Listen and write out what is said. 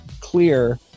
clear